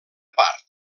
part